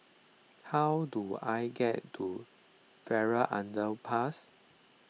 how do I get to Farrer Underpass